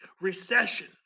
recession